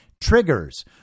triggers